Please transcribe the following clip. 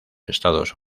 estados